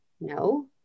no